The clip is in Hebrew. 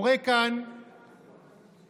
קורה כאן